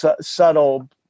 subtle